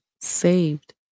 saved